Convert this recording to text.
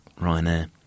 Ryanair